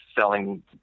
selling